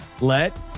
Let